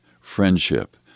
friendship